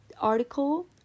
article